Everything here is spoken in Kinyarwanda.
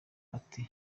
ati